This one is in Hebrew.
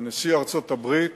ונשיא ארצות-הברית